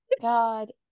God